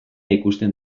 ikusten